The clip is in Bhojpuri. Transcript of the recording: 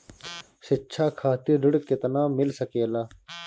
शिक्षा खातिर ऋण केतना मिल सकेला?